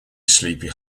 sleepy